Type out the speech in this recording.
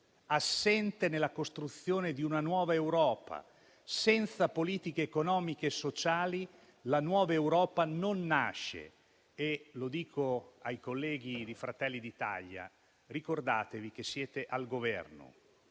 assente nella costruzione di una nuova Europa. Senza politiche economiche e sociali, la nuova Europa non nasce. Mi rivolgo ai colleghi di Fratelli d'Italia: ricordatevi che siete al Governo